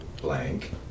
blank